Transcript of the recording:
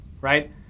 right